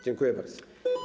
Dziękuję bardzo.